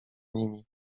nimi